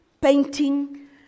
painting